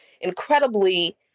incredibly